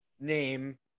name